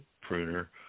pruner